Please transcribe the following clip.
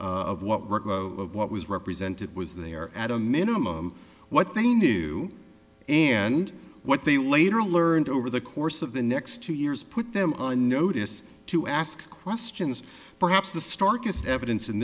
worked what was represented was there at a minimum what they knew and what they later learned over the course of the next two years put them on notice to ask questions perhaps the starkest evidence in